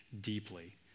deeply